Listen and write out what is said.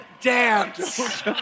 dance